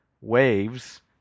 Waves